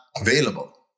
available